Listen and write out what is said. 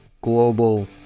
Global